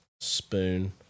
spoon